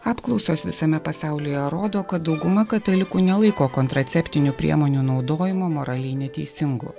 apklausos visame pasaulyje rodo kad dauguma katalikų nelaiko kontraceptinių priemonių naudojimo moraliai neteisingu